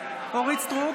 אורית מלכה סטרוק,